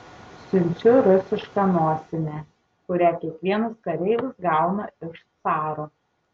siunčiu rusišką nosinę kurią kiekvienas kareivis gauna iš caro